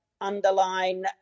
underline